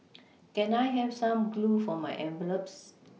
can I have some glue for my envelopes